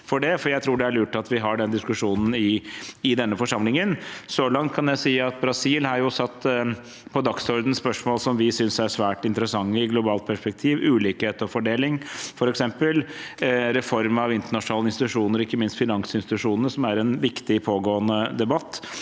jeg tror det er lurt at vi har den diskusjonen i denne forsamlingen. Så langt kan jeg si at Brasil har satt på dagsordenen spørsmål som vi synes er svært interessante i et globalt perspektiv, f.eks. ulikhet og fordeling; reform av internasjonale institusjoner, ikke minst finansinstitusjonene, som er en viktig pågående debatt;